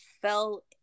fell